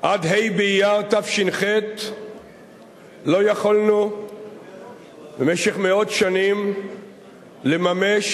עד ה' באייר תש"ח לא יכולנו במשך מאות שנים לממש